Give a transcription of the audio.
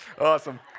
Awesome